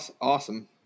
awesome